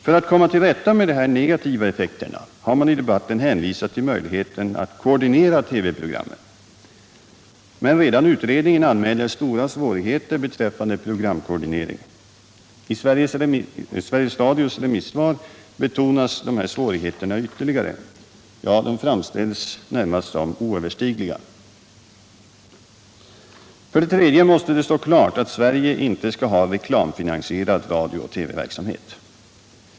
För att komma till rätta med dessa negativa effekter har man i debatten hänvisat till möjligheten att koordinera TV-programmen. Men redan utredningen anmäler stora svårigheter beträffande programkoordinering. I Sveriges Radios remissvar betonas dessa svårigheter ytterligare. Ja, de framställs som närmast oöverstigliga. För det tredje måste det stå klart att Sverige inte skall ha reklamfinansierad radiooch TV-verksamhet.